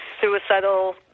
suicidal